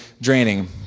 draining